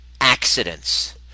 accidents